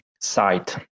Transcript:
site